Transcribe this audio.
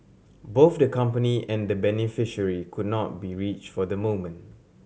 both the company and the beneficiary could not be reached for the moment